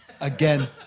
Again